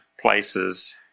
places